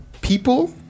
people